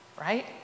right